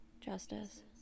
Justice